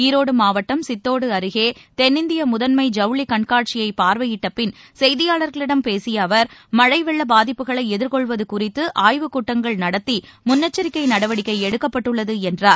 ஈரோடு மாவட்டம் சித்தோடு அருகே தென்னிந்திய முதன்மை ஜவுளிக் கண்காட்சியை பார்வையிட்ட பின் செய்தியாளர்களிடம் பேசிய அவர் மழை வெள்ள பாதிப்புகளை எதிர்கொள்வது குறித்து அய்வுக்கூட்டங்கள் நடத்தி முன்னெச்சரிக்கை நடவடிக்கை எடுக்கப்பட்டுள்ளது என்றார்